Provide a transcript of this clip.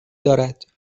دارد